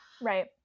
Right